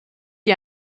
die